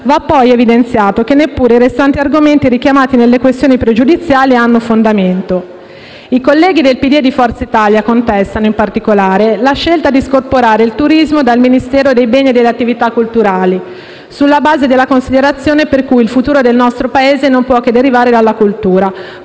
va poi evidenziato che neppure i restanti argomenti richiamati nelle questioni pregiudiziali hanno fondamento. I colleghi del PD e di Forza Italia contestano in particolare la scelta di scorporare il turismo dal Ministero dei beni e delle attività culturali, sulla base della considerazione per cui il futuro del nostro Paese non può che derivare dalla cultura,